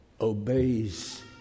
obeys